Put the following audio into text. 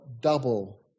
double